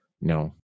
No